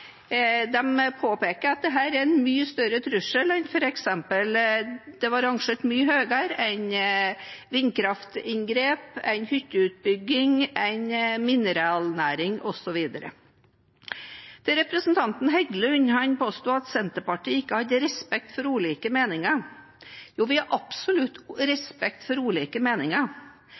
påpeker at dette er en mye større trussel og ble rangert mye høyere enn vindkraftinngrep, hytteutbygging, mineralnæring osv. Representanten Heggelund påsto at Senterpartiet ikke har respekt for ulike meninger. Jo, vi har absolutt respekt for ulike meninger,